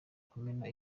kumena